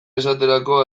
esaterako